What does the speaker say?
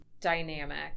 dynamic